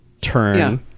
Turn